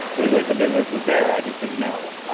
it was like the business was there, i just didn't know.